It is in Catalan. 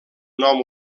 nom